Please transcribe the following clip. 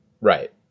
Right